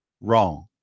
wrong